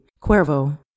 Cuervo